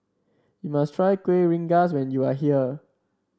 you must try Kueh Rengas when you are here